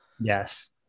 Yes